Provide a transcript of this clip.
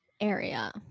area